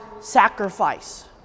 sacrifice